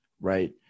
right